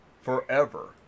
forever